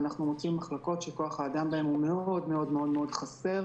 אנחנו מוצאים מחלקות שכוח-האדם בהן מאוד מאוד חסר,